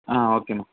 ம் ஓகேம்மா